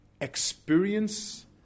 experience